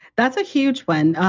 that's a huge one,